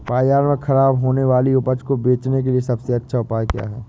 बाज़ार में खराब होने वाली उपज को बेचने के लिए सबसे अच्छा उपाय क्या हैं?